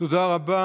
תודה רבה.